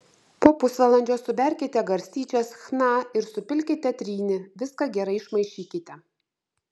po pusvalandžio suberkite garstyčias chna ir supilkite trynį viską gerai išmaišykite